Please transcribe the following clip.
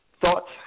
thoughts